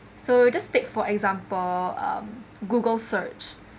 so just take for example um Google search every time